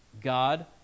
God